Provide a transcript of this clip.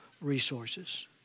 resources